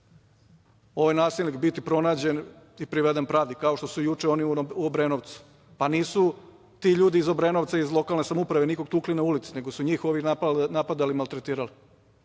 ovaj nasilnik biti pronađen i priveden pravdi kao što su juče oni u Obrenovcu. Pa, nisu ti ljudi iz Obrenovca, iz lokalne samouprave nikoga tukli na ulici, nego su njihovi napadali i maltretirali.